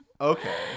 Okay